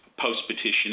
post-petition